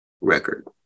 record